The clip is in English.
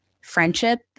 friendship